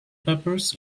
peppers